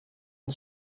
and